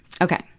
Okay